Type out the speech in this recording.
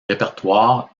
répertoire